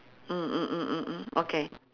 mm mm mm mm mm okay